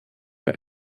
bei